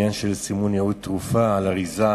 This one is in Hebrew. בעניין של סימון ייעוד תרופה על אריזה.